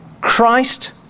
Christ